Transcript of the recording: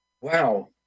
Wow